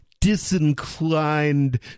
disinclined